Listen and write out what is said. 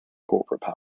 corporate